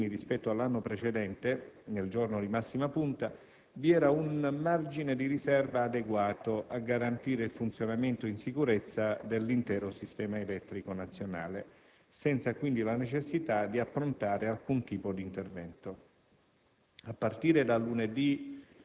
Nonostante l'incremento dei consumi rispetto all'anno precedente nel giorno di massima punta, vi era un margine di riserva adeguato a garantire il funzionamento in sicurezza del sistema elettrico italiano, senza quindi la necessità di approntare alcun tipo di intervento.